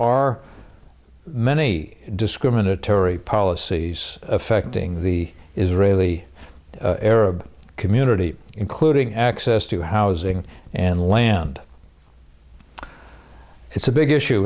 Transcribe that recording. are many discriminatory policies affecting the israeli arab community including access to housing and land it's a big issue